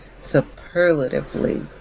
superlatively